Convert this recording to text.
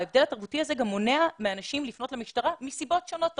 ההבדל התרבותי הזה גם מונע מאנשים לפנות למשטרה מסיבות שונות תרבותיות.